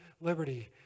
liberty